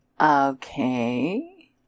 Okay